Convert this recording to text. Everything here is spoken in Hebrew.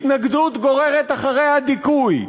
התנגדות גוררת אחריה דיכוי,